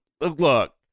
look